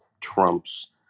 Trump's